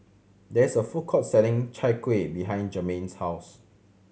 there is a food court selling Chai Kuih behind Jermain's house